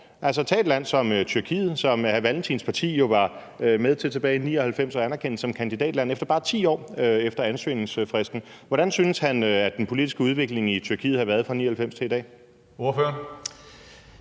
det går. Tag et land som Tyrkiet, som hr. Kim Valentins parti jo var med til tilbage i 1999 at anerkende som kandidatland efter bare 10 år efter ansøgningsfristen. Hvordan synes han at den politiske udvikling i Tyrkiet har været fra 1999 til i dag? Kl.